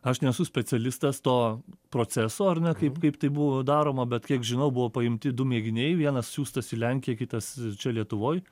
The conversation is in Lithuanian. aš nesu specialistas to proceso ar ne taip kaip tai buvo daroma bet kiek žinau buvo paimti du mėginiai vienas siųstas į lenkiją kitas čia lietuvoj